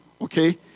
Okay